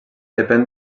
depèn